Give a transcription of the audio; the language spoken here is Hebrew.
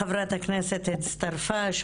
חברת הכנסת הצטרפה,